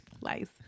Lies